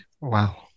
Wow